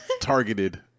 targeted